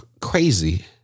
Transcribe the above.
crazy